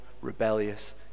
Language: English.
rebellious